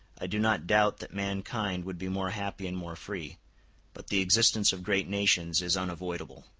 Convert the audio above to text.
i do not doubt that mankind would be more happy and more free but the existence of great nations is unavoidable.